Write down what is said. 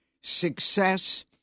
success